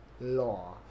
law